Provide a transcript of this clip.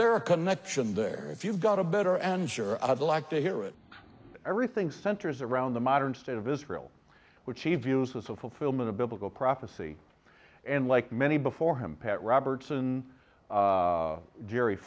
there a connection there if you've got a better answer i'd like to hear it everything centers around the modern state of israel which he views as a fulfillment of biblical prophecy and like many before him pat robertson jerry